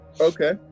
Okay